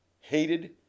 hated